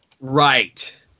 right